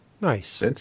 Nice